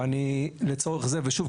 ושוב,